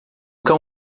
cão